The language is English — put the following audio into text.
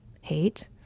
hate